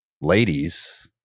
ladies